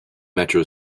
metro